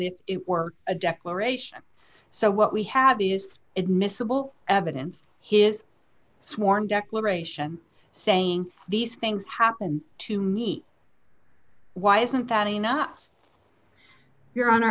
if it were a declaration so what we have these admissible evidence his sworn declaration saying these things happen to me why isn't that enough your hon